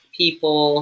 people